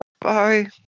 Bye